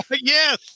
Yes